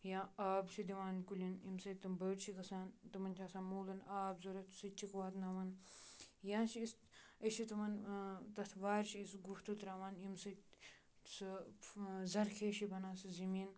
یا آب چھِ دِوان کُلٮ۪ن ییٚمہِ سۭتۍ تِم بٔڑۍ چھِ گژھان تِمَن چھِ آسان موٗلَن آب ضوٚرَتھ سُہ تہِ چھِکھ واتناوان یا چھِ أسۍ أسۍ چھِ تِمَن تَتھ وارِ چھِ أسۍ گُہہ تہٕ ترٛاوان ییٚمہِ سۭتۍ سُہ ذرخیز چھِ بَنان سُہ زٔمیٖن